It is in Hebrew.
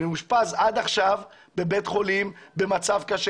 מאושפז עד עכשיו בבית חולים במצב קשה,